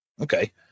Okay